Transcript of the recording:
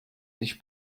když